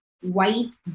white